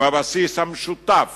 הם הבסיס המשותף